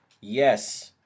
Yes